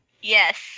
Yes